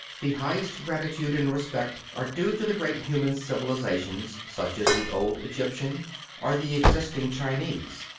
the highest gratitude and respect are due to the great human civilizations such as the old egyptian or the existing chinese.